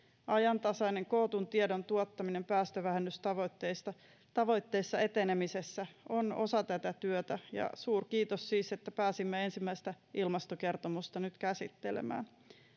ajantasaisen kootun tiedon tuottaminen päästövähennystavoitteista ja tavoitteissa etenemisestä on osa tätä työtä ja suurkiitos siis että pääsimme ensimmäistä ilmastokertomusta nyt käsittelemään